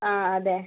ആ അതെ